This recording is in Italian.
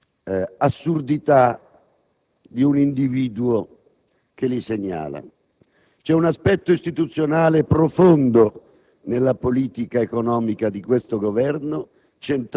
assurdità di un individuo che li segnala. C'è un aspetto istituzionale profondo nella politica economica del Governo,